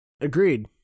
Agreed